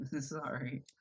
Sorry